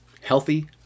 healthy